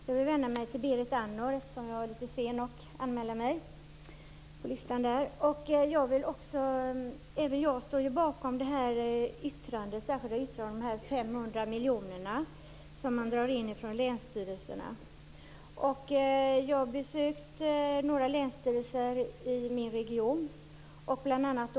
Fru talman! Jag vill vända mig till Berit Andnor. Jag var litet sen med att anmäla mig. Även jag står bakom det särskilda yttrandet om de 500 miljonerna som man drar in från länsstyrelserna. Jag har besökt några länsstyrelser i min region, bl.a.